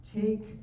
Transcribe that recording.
take